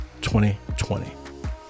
2020